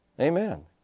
Amen